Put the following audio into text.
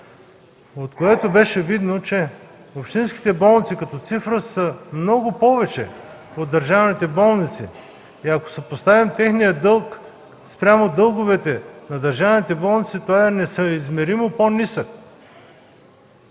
от което беше видно, че общинските болници като цифра са много повече от държавните болници и ако съпоставим техния дълг спрямо дълговете на държавните болници, то е несъизмеримо по-нисък.